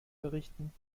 berichten